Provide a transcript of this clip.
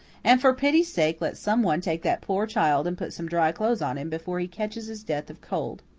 and for pity's sake let some one take that poor child and put some dry clothes on him before he catches his death of cold.